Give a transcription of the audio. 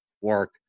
work